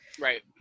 right